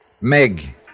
Meg